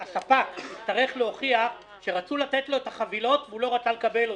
הספק יצטרך להוכיח שרצו לתת לו את החבילות והוא לא רצה לקבל אותן.